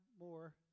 more